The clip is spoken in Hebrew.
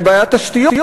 היא בעיית תשתיות.